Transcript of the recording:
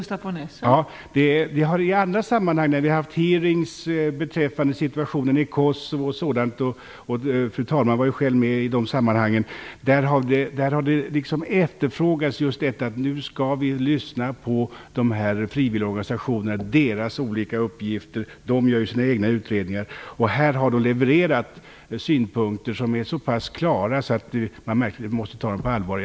Fru talman! I andra sammanhang, vid utfrågningar beträffande situationen i Kosovo och liknande, fru talmannen har själv varit med vid dessa, har det efterfrågats att vi nu skall lyssna på frivilligorganisationernas olika uppgifter. De gör ju sina egna utredningar. Här har de levererat synpunkter som är så pass klara att man verkligen måste ta dem på allvar.